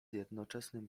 jednoczesnym